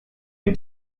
les